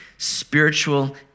spiritual